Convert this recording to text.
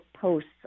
posts